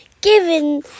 given